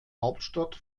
hauptstadt